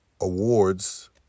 awards